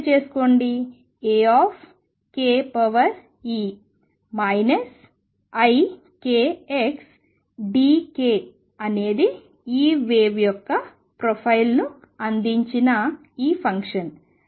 గుర్తుచేసుకోండి Ake ikxdk అనేది ఈ వేవ్ యొక్క ప్రొఫైల్ను అందించిన ఈ ఫంక్షన్